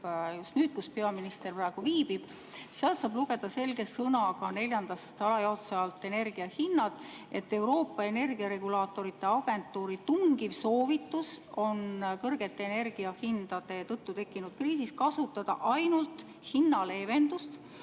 just nüüd ja kus peaminister praegu viibib, saab lugeda selge sõnaga neljanda alajaotuse, energiahindade alajaotuse alt, et Euroopa energiaturu regulaatorite agentuuri tungiv soovitus on kõrgete energiahindade tõttu tekkinud kriisis kasutada ainult hinnaleevendust